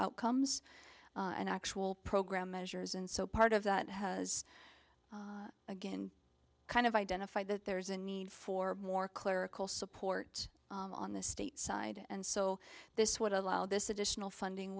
outcomes and actual program measures and so part of that has again kind of identified that there's a need for more clerical support on the state side and so this would allow this additional funding